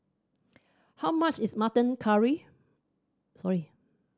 how much is mutton carry sorry